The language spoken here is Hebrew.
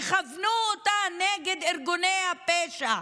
תכוונו אותה נגד ארגוני הפשע.